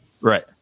Right